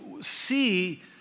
see